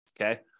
Okay